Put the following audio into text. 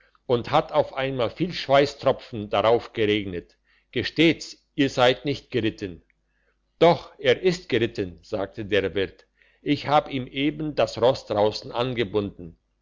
und hat auf einmal viel schweisstropfen darauf geregnet gesteht's ihr seid nicht geritten doch er ist geritten sagte der wirt ich hab ihm eben das ross draussen angebunden